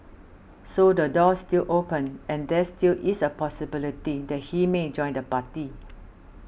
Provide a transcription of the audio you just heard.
so the door's still open and there still is a possibility that he may join the party